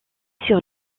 sur